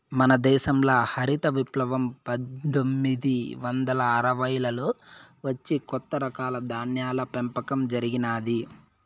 మన దేశంల హరిత విప్లవం పందొమ్మిది వందల అరవైలలో వచ్చి కొత్త రకాల ధాన్యాల పెంపకం జరిగినాది